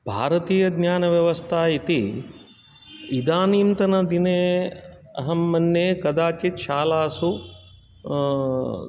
भारतीयज्ञानव्यवस्था इति इदानींतन दिने अहं मन्ये कदाचित् शालासु